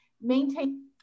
Maintain